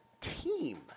team